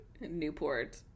Newport